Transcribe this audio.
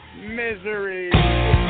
Misery